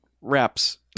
reps